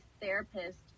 therapist